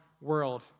world